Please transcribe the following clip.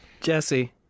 Jesse